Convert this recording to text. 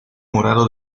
morado